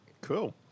Cool